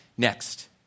Next